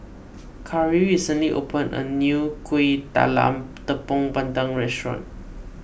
Kari recently opened a new Kuih Talam Tepong Pandan Restaurant